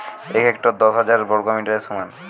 এক হেক্টর দশ হাজার বর্গমিটারের সমান